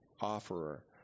offerer